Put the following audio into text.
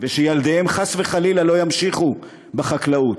ושילדיהם, חס וחלילה, לא ימשיכו בחקלאות.